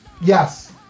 Yes